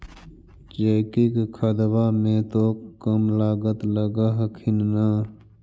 जैकिक खदबा मे तो कम लागत लग हखिन न?